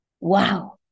Wow